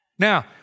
Now